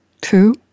Two